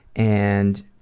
and,